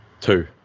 Two